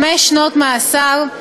חמש שנות מאסר,